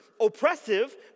oppressive